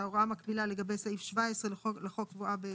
ואותו דבר בסעיף קטן (ב) יש לנו את ההוראה לגבי המנוחה השבועית.